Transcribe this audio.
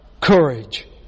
courage